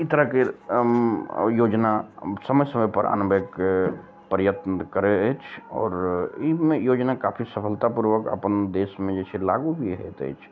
ई तरह केर योजना समय समय पर अनबाक प्रयत्न करैत अछि आओर ई मे योजना काफी सफलतापूर्वक अपन देशमे जे छै लागू भी होइत अछि